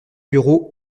bureau